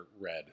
red